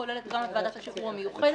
כוללת גם את ועדת השחרור המיוחדת.